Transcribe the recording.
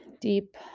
deep